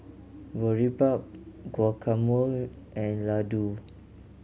Boribap Guacamole and Ladoo